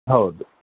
ಹೌದು